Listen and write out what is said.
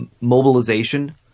mobilization